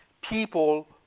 People